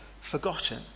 forgotten